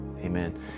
amen